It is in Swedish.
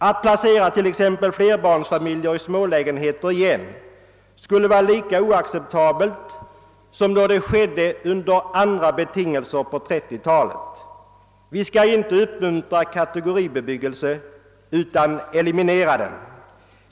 Att placera t.ex. flerbarnsfamiljer i smålägenheter igen skulle vara lika oacceptabelt som då det skedde under andra betingelser på 1930-talet. Vi skall inte uppmuntra kategoribebyggelse utan eliminera den.